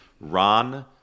Ron